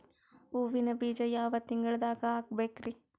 ಹೂವಿನ ಬೀಜ ಯಾವ ತಿಂಗಳ್ದಾಗ್ ಹಾಕ್ಬೇಕರಿ?